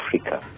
Africa